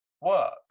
work